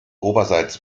oberseits